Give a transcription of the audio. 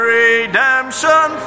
redemption